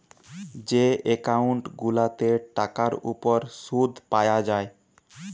যে একউন্ট গুলাতে টাকার উপর শুদ পায়া যায়